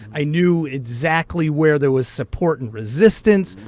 i knew exactly where there was support and resistance.